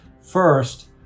first